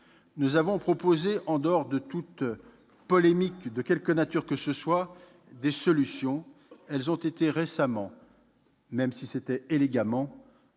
Nous avons proposé, en dehors de toute polémique de quelque nature que ce soit, des solutions. Elles ont été récemment balayées